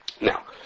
Now